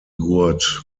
gurt